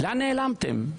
לאן נעלמתם?